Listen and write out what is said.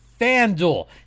FanDuel